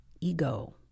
ego